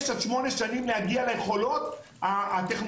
עד שמונה שנים להגיע ליכולות הטכנולוגיות,